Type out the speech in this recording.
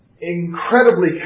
incredibly